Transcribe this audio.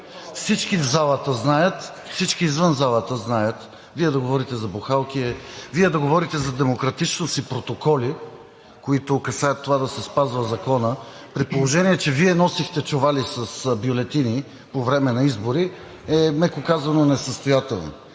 Всички в залата знаят, всички извън залата знаят, Вие да говорите за бухалки е... Вие да говорите за демократичност и протоколи, които касаят това да се спазва законът, при положение че Вие носихте чували с бюлетини по време на избори, е меко казано несъстоятелно.